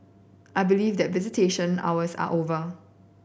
I believe that visitation hours are over